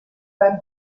beim